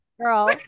girl